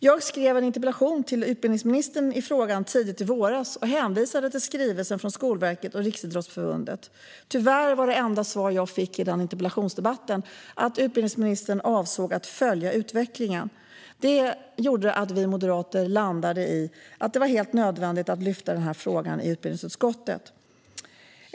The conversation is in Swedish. Jag skrev en interpellation till utbildningsministern i frågan tidigt i våras och hänvisade till skrivelsen från Skolverket och Riksidrottsförbundet. Tyvärr var det enda svar jag fick i interpellationsdebatten att utbildningsministern avsåg att följa utvecklingen. Detta gjorde att vi moderater landade i att det var helt nödvändigt att lyfta frågan i utbildningsutskottet.